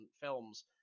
films